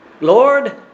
Lord